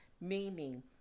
Meaning